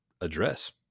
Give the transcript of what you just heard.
address